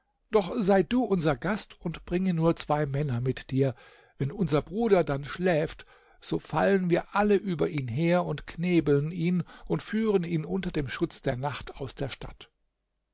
doch sei du unser gast und bringe nur zwei männer mit dir wenn unser bruder dann schläft so fallen wir alle über ihn her und knebeln ihn und führen ihn unter dem schutz der nacht aus der stadt